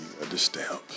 understand